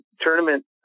tournament